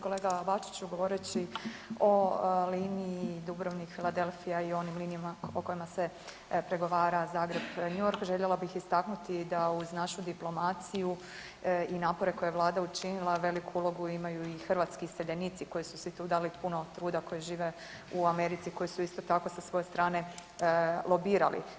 Kolega Bačiću, govoreći o liniji Dubrovnik- Philadelphia i onim linijama o kojima se pregovara Zagreb-New York željela bih istaknuti da uz našu diplomaciju i napore koje je Vlada učinila veliku ulogu imaju i hrvatski iseljenici koji su si tu dali puno truda, koji žive u Americi, koji su isto tako sa svoje strane lobirali.